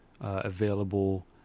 available